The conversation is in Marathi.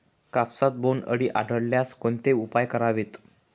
कापसात बोंडअळी आढळल्यास कोणते उपाय करावेत?